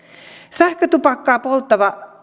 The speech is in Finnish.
sähkötupakkaa polttava